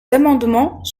amendements